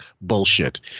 Bullshit